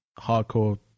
hardcore